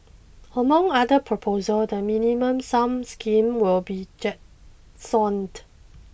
among other proposals the minimum sum scheme will be jettisoned